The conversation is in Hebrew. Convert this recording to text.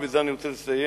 ובזה אני רוצה לסיים,